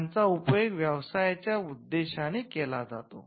त्यांचा उपयोग व्यवसायाच्या उद्देशाने केला जातो